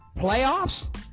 playoffs